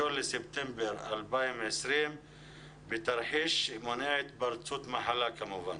בספטמבר 2020 בתרחיש שמונע התפרצות מחלה כמובן.